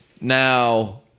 Now